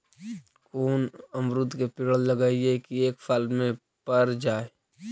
कोन अमरुद के पेड़ लगइयै कि एक साल में पर जाएं?